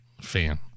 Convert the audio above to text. fan